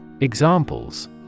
Examples